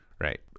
Right